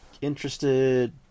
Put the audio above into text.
interested